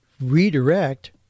redirect